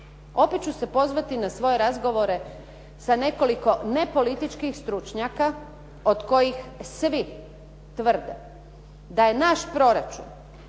Opet ću se pozvati na svoje razgovore sa nekoliko nepolitičkih stručnjaka od kojih svi tvrde da je naš proračun